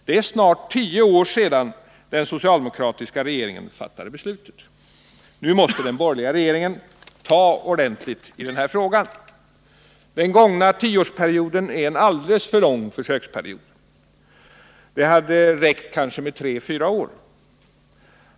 Det är snart tio år sedan den socialdemokratiska regeringen fattade detta beslut. Nu måste den borgerliga regeringen ta ordentligt i den här frågan. Den gångna tioårsperioden är en alldeles för lång försöksperiod. Det hade kanske räckt med tre eller fyra år.